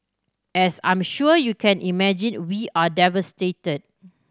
as I'm sure you can imagine we are devastated